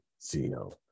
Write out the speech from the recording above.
CEO